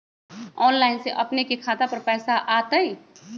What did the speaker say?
Online से अपने के खाता पर पैसा आ तई?